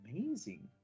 amazing